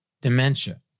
dementia